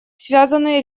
связаны